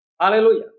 Hallelujah